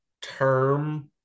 term